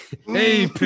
Hey